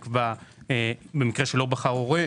במקרה שהורה לא בחר,